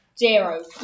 Zero